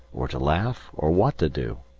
or to laugh, or what to do.